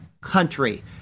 country